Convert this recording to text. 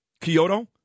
Kyoto